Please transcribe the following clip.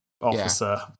officer